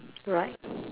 right